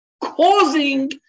causing